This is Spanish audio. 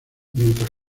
mientras